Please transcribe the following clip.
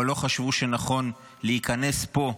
אבל לא חשבו שנכון להיכנס לפה,